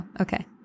okay